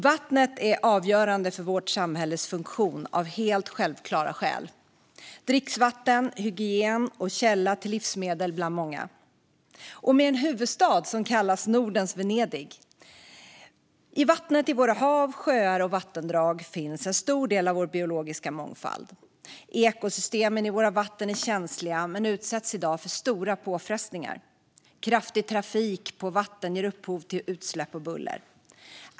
Vattnet är avgörande för vårt samhälles funktion av helt självklara skäl, bland annat som dricksvatten, för hygien och som källa till livsmedel - och vår huvudstad kallas ju Nordens Venedig. I vattnet i våra hav, sjöar och vattendrag finns en stor del av vår biologiska mångfald. Ekosystemen i våra vatten är känsliga och utsätts i dag för stora påfrestningar. Kraftig trafik på vatten ger upphov till utsläpp och buller.